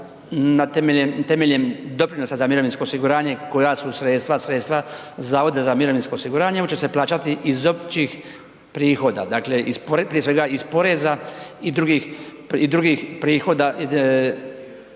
temeljem doprinosa za mirovinsko osiguranje koja su sredstva sredstva za ovdje za mirovinsko osiguranje nego će se plaćati iz općih prihoda, dakle iz, prije svega iz poreza i drugih i